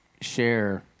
share